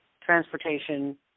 transportation